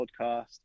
Podcast